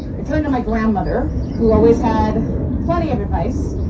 turned to my grandmother, who always had plenty of advice,